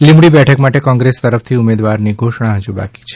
લીંબડી બેઠક માટે કોંગ્રેસ તરફથી ઉમેદવારની ઘોષણા હજુ બાકી છે